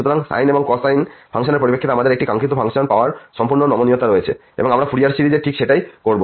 সুতরাং সাইন এবং কোসাইন ফাংশনের পরিপ্রেক্ষিতে আমাদের একটি কাঙ্ক্ষিত ফাংশন পাওয়ার সম্পূর্ণ নমনীয়তা রয়েছে এবং আমরা ফুরিয়ার সিরিজে ঠিক সেটাই করব